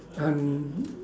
and